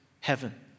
heaven